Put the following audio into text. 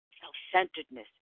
self-centeredness